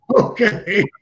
Okay